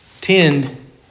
tend